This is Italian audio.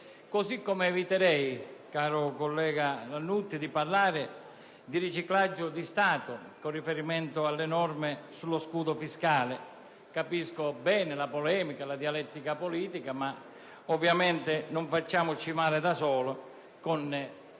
Così come eviterei, caro collega Lannutti, di parlare di riciclaggio di Stato con riferimento alle norme sullo scudo fiscale. Capisco bene la polemica e la dialettica politica, ma non facciamoci del male da soli con